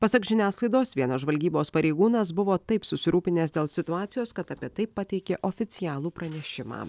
pasak žiniasklaidos vienas žvalgybos pareigūnas buvo taip susirūpinęs dėl situacijos kad apie tai pateikė oficialų pranešimą